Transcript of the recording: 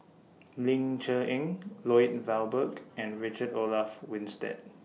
Ling Cher Eng Lloyd Valberg and Richard Olaf Winstedt